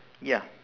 ya